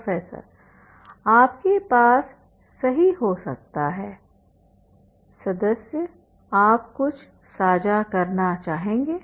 professor आपके पास सही हो सकता है सदस्य आप कुछ साझा करना चाहेंगे